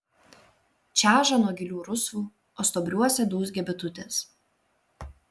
čeža nuo gilių rusvų o stuobriuose dūzgia bitutės